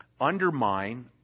undermine